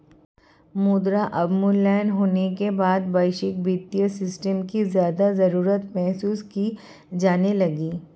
मुद्रा अवमूल्यन होने के बाद वैश्विक वित्तीय सिस्टम की ज्यादा जरूरत महसूस की जाने लगी